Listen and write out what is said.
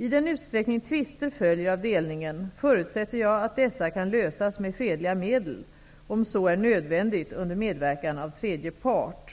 I den utsträckning tvister följer av delningen förutsätter jag att dessa kan lösas med fredliga medel, om så är nödvändigt under medverkan av tredje part.